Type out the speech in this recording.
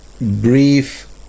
brief